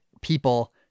people